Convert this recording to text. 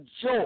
joy